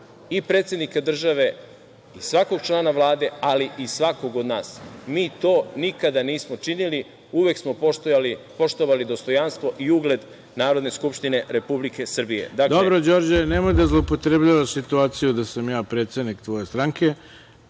i predsednika države i svakog člana Vlade, ali i svakog od nas. Mi to nikada nismo činili, uvek smo poštovali dostojanstvo i ugled Narodne skupštine Republike Srbije. **Ivica Dačić** Dobro, Đorđe, nemoj da zloupotrebljavaš situaciju, završena je replika. Ne znam